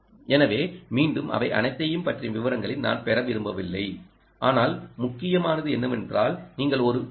எனவே மீண்டும் அவை அனைத்தையும் பற்றிய விவரங்களை நான் பெற விரும்பவில்லை ஆனால் முக்கியமானது என்னவென்றால்நீங்கள் ஒரு பி